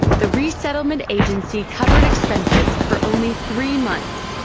the resettlement agency covered expenses for only three months.